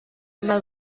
immer